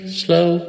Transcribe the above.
slow